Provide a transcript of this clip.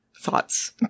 Thoughts